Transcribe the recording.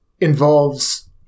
involves